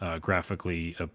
graphically